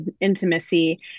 intimacy